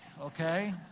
okay